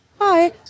Hi